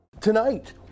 Tonight